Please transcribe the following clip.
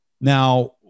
Now